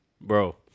Bro